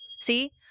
See